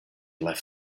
left